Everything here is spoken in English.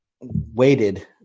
waited